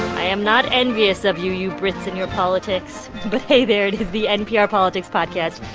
i am not envious of you, you brits and your politics. but hey there. it is the npr politics podcast.